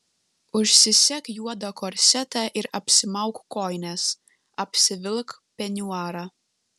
užsisek juodą korsetą ir apsimauk kojines apsivilk peniuarą